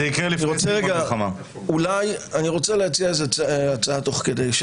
אני רוצה להציע הצעה תוך כדי,